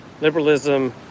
liberalism